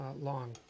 Long